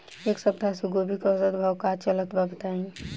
एक सप्ताह से गोभी के औसत भाव का चलत बा बताई?